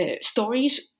stories